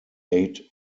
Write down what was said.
eight